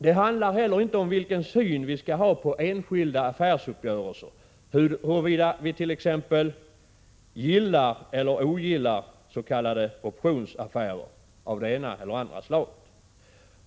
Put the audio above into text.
Det handlar inte heller om vilken syn vi skall ha på enskilda affärsuppgörelser, t.ex. huruvida vi gillar eller ogillar optionsaffärer av det ena eller andra slaget.